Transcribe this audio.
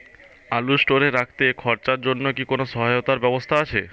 আলু স্টোরে রাখতে খরচার জন্যকি কোন সহায়তার ব্যবস্থা আছে?